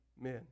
men